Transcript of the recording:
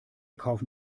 kaufen